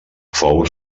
fou